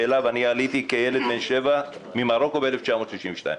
שאליו עליתי כילד בן שבע ממרוקו ב-1962.